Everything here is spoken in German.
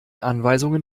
anweisungen